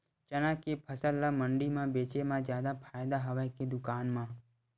चना के फसल ल मंडी म बेचे म जादा फ़ायदा हवय के दुकान म?